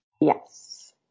Yes